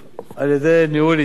על-ידי ניהול עסקי,